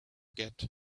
get